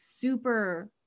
super